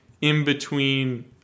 in-between